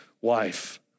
wife